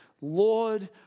Lord